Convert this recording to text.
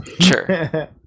Sure